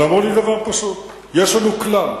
אמרו לי דבר פשוט, יש לנו כלל,